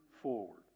forward